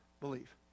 believe